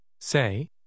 Say